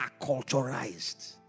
acculturized